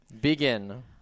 begin